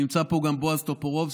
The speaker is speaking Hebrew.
נמצא פה גם בועז טופורובסקי,